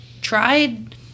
tried